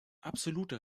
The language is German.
absolute